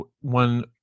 one